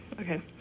okay